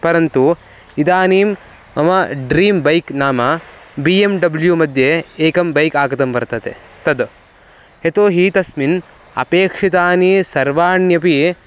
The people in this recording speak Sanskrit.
परन्तु इदानीं मम ड्रीम् बैक् नाम बि एम् डब्ल्यूमध्ये एकं बैक् आगतं वर्तते तद् यतोहि तस्मिन् अपेक्षितानि सर्वाण्यपि